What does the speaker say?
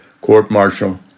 court-martial